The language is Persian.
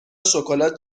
شکلات